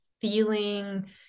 feeling